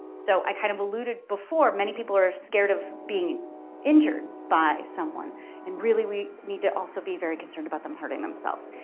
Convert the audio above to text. so i kind of alluded before. many people are scared of being injured by someone and really we need to also be very concerned about them hurting themselves.